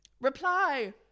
Reply